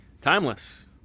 timeless